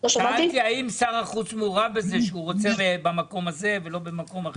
שאלתי האם שר החוץ מעורב בזה והוא רוצה במקום הזה ולא במקום הזה.